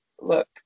look